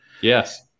yes